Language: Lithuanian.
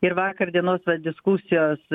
ir vakar dienos tos diskusijos